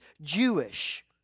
Jewish